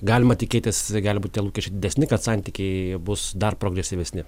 galima tikėtis gali būt tie lūkesčiai didesni kad santykiai bus dar progresyvesni